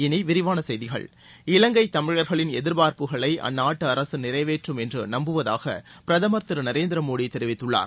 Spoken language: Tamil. இனி விரிவான செய்திகள் இவங்கைத் தமிழர்களின் எதிர்பார்ப்புகளை அந்நாட்டு அரசு நிறைவேற்றும் என்று நம்புவதாக பிரதமர் திரு நரேந்திர மோடி தெரிவித்துள்ளார்